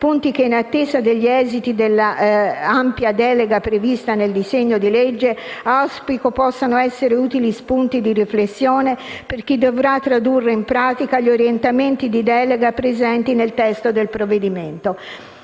punti che, in attesa degli esiti dell'ampia delega prevista nel disegno di legge, auspico possano essere utili spunti di riflessione per chi dovrà tradurre in pratica gli orientamenti di delega presenti nel testo del provvedimento.